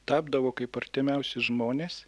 tapdavo kaip artimiausi žmonės